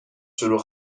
شروع